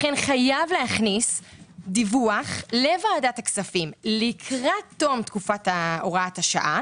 לכן חייב להכניס דיווח לוועדת הכספים לקראת תום תקופת הוראת השעה